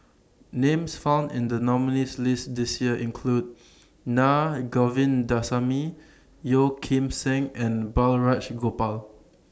Names found in The nominees' list This Year include Naa Govindasamy Yeo Kim Seng and Balraj Gopal